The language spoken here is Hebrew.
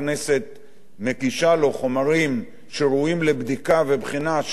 מגישה לו חומרים שראויים לבדיקה ובחינה עם עובדות,